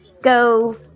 go